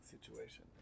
situation